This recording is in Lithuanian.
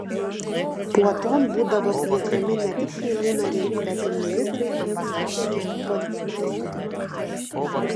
puoton būdavo kviečiami ne tik šeimų nariai bet ir ministrai ambasadoriai policmeisteriai